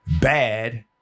bad